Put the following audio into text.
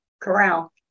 Corral